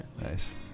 Nice